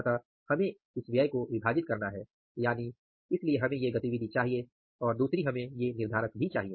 अतः हमें इस व्यय को विभाजित करना है यानि इसलिए हमें ये गतिविधि चाहिए और दूसरी हमें ये निर्धारक भी चाहिए